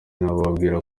nababwira